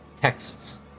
texts